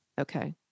Okay